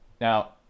Now